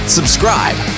Subscribe